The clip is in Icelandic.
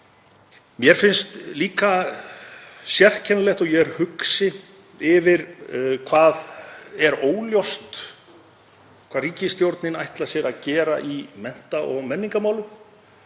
Mér finnst líka sérkennilegt, og ég er hugsi yfir því, hve óljóst það er hvað ríkisstjórnin ætlar sér að gera í mennta- og menningarmálum.